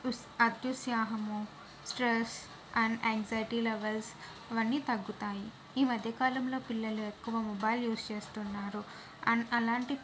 ఉత్స్ అత్యుత్సాహము stress and anxiety levels అవన్నీ తగ్గుతాయి ఈ మధ్యకాలంలో పిల్లలు ఎక్కువ మొబైల్ యూస్ చేస్తున్నారు అండ్ అలాంటి